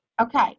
Okay